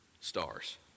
stars